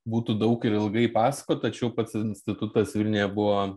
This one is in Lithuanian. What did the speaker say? būtų daug ir ilgai pasakot tačiau pats institutas vilniuje buvo